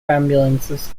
ambulances